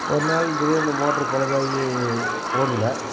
ஒரு நாள் திடீர்னு மோட்டரு பழுதாகி ஓடல